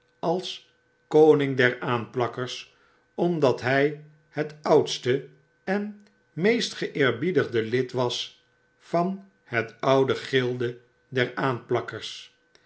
als koning der aanplakkers omdat hij hetoudste en meest geeerbiedigde lid was van het oude gilde der aanplakkers